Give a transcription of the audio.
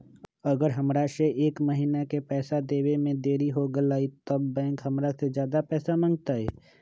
अगर हमरा से एक महीना के पैसा देवे में देरी होगलइ तब बैंक हमरा से ज्यादा पैसा मंगतइ?